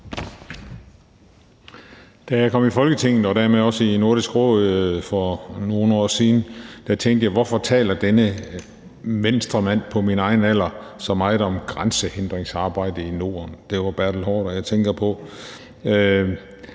Da jeg kom i Folketinget og dermed også i Nordisk Råd for nogle år siden, tænkte jeg: Hvorfor taler denne Venstremand på min egen alder så meget om grænsehindringsarbejdet i Norden? Det er hr. Bertel Haarder, jeg tænker på.